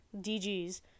DG's